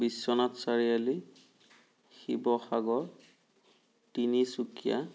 Biswanath Chariali Sivasagar Tinsukia